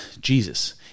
Jesus